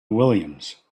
williams